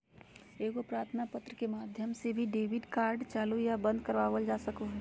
एगो प्रार्थना पत्र के माध्यम से भी डेबिट कार्ड चालू या बंद करवावल जा सको हय